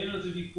אין על זה ויכוח.